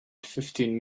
fifteen